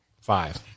Five